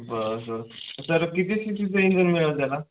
बरं सर आपल्याला किती सी सीचं इंजन मिळेल त्याला